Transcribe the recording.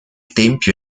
tempio